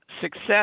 success